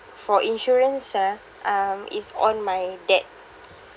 for insurance ah um is on my dad